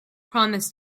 promise